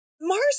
mars